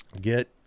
get